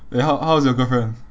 eh how how is your girlfriend